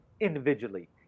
individually